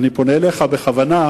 אני פונה אליך בכוונה,